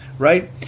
Right